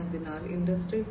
അതിനാൽ ഇൻഡസ്ട്രി 4